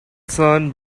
sun